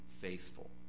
faithful